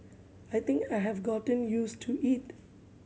I think I have gotten used to it